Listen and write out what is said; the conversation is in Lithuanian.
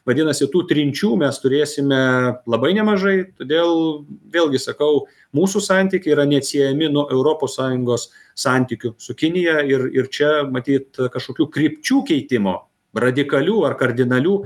vadinasi tų trinčių mes turėsime labai nemažai todėl vėlgi sakau mūsų santykiai yra neatsiejami nuo europos sąjungos santykių su kinija ir ir čia matyt kažkokių krypčių keitimo radikalių ar kardinalių